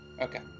Okay